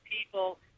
people